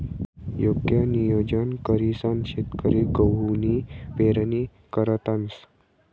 योग्य नियोजन करीसन शेतकरी गहूनी पेरणी करतंस